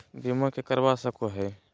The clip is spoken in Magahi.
बीमा के करवा सको है?